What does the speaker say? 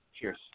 Cheers